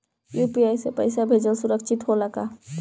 UPI से पैसा भेजल सुरक्षित होला का?